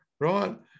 right